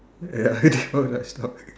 ya